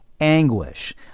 anguish